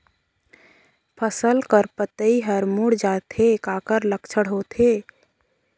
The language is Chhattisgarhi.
फसल कर पतइ हर मुड़ जाथे काकर लक्षण होथे?